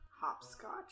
Hopscotch